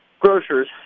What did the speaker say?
Grocers